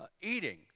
eating